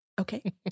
okay